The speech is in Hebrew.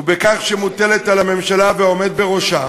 הוא בכך שמוטלת על הממשלה ועל העומד בראשה